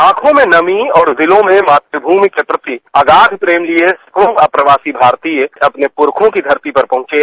आंखों में नमी और दिलों में मातृभूमि के प्रति आगाध प्रेम लिए अप्रवासी भारतीय अपने पुरूखों के धरती पर पहुंचे हैं